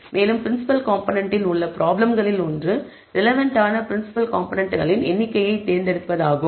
மேலும் ப்ரின்சிபிள் காம்போனென்டில் உள்ள ப்ராப்ளம்களில் ஒன்று ரெலெவன்ட் ஆன ப்ரின்சிபிள் காம்போனென்ட்களின் எண்ணிக்கையை தேர்ந்தெடுப்பது ஆகும்